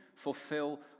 Fulfill